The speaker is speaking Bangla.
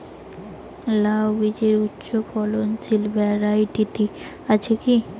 লাউ বীজের উচ্চ ফলনশীল ভ্যারাইটি আছে কী?